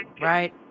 Right